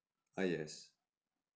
uh yes